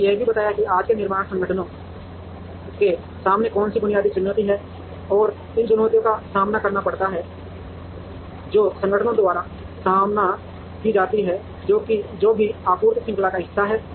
हमने यह भी बताया कि आज के निर्माण संगठनों के सामने कौन सी बुनियादी चुनौती है और उन चुनौतियों का सामना करना पड़ता है जो संगठनों द्वारा सामना की जाती हैं जो किसी भी आपूर्ति श्रृंखला का हिस्सा हैं